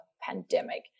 pandemic